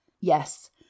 Yes